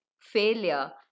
failure